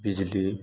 बिजली